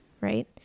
right